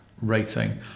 rating